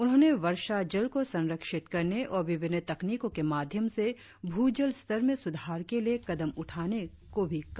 उन्होंने वर्षा जल को संरक्षित करने और विभिन्न तकनीकों के माध्यम से भूजल स्तर में सुधार के लिए कदम उठाना को भी कहा